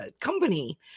company